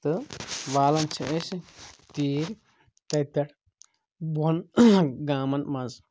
تہٕ والَان چھِ أسۍ تیٖرۍ تَتہِ پٮ۪ٹھ بوٚن گامَن منٛز